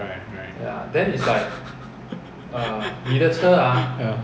right right ya